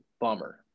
bummer